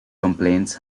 complaints